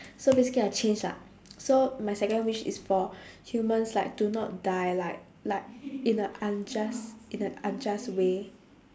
so basically I change lah so my second wish is for humans like to not die like like in a unjust in a unjust way